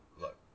look